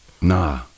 Nah